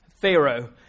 Pharaoh